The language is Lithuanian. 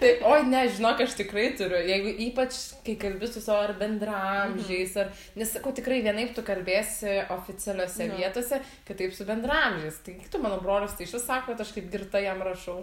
taip oi ne žinok aš tikrai turiu jeigu ypač kai kalbi su savo ar bendraamžiais ar nes sakau tikrai vienaip tu kalbėsi oficialiose vietose kitaip su bendraamžiais tai eik tu mano brolis tai išvis sako aš kaip girta jam rašau